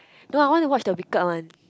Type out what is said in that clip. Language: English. no I want to watch the Wicked one